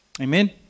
Amen